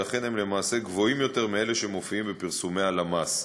ולכן הם למעשה גבוהים מאלה שמופיעים בפרסומי הלמ״ס.